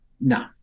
no